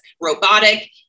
robotic